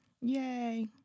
yay